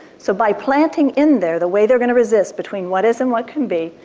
so by planting in there the way they're going to resist between what is and what can be,